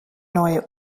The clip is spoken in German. neue